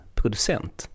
producent